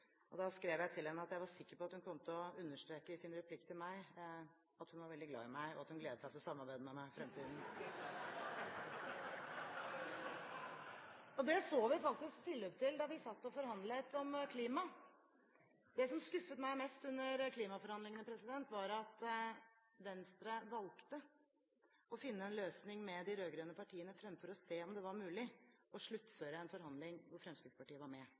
talerstolen. Da skrev jeg til henne at jeg var sikker på at hun kom til å understreke i sin replikk til meg at hun var veldig glad i meg, og at hun gledet seg til å samarbeide med meg i fremtiden . Det så vi faktisk tilløp til da vi satt og forhandlet om klima. Det som skuffet meg mest under klimaforhandlingene, var at Venstre valgte å finne en løsning med de rød-grønne partiene fremfor å se om det var mulig å sluttføre en forhandling hvor Fremskrittspartiet var med.